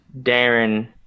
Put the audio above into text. Darren